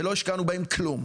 ולא השקענו בהם כלום.